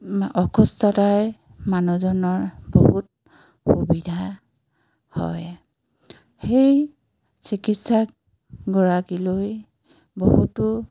অসুস্থতাৰ মানুহজনৰ বহুত সুবিধা হয় সেই চিকিৎসাকগৰাকীলৈ বহুতো